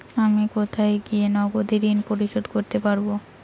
আমি কোথায় গিয়ে নগদে ঋন পরিশোধ করতে পারবো?